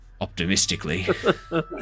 Optimistically